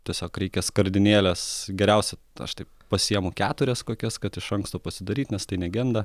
tiesiog reikia skardinėlės geriausia aš taip pasiemu keturias kokias kad iš anksto pasidaryt nes tai negenda